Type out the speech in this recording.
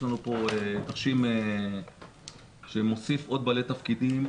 יש לנו פה תרשים שמוסיף עוד בעלי תפקידים,